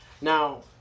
Now